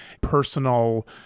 personal